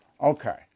Okay